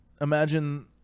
imagine